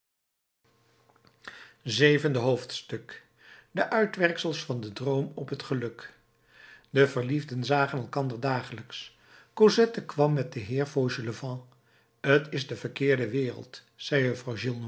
zevende hoofdstuk de uitwerksels van den droom op het geluk de verliefden zagen elkander dagelijks cosette kwam met den heer fauchelevent t is de verkeerde wereld zei